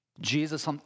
Jesus